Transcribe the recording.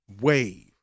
wave